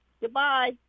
Goodbye